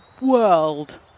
World